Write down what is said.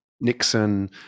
Nixon